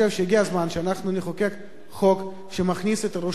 אני חושב שהגיע הזמן שנחוקק חוק שמכניס את ירושלים